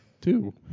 Two